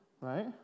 Right